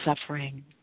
suffering